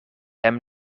hem